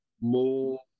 more